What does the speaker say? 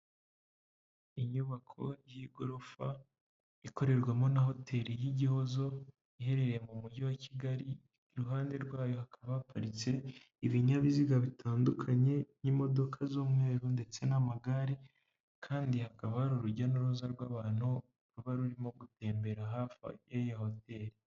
Inyubako y'igorofa ikorerwamo na hoteli y'igihozo iherereye mu mujyi wa kigali iruhande rwayo hakaba haparitse ibinyabiziga bitandukanye, n'imodoka z'umweru ndetse n'amagare kandi hakaba hari urujya n'uruza rw'abantu ruba rurimo gutembera hafi y'iyi hoteri.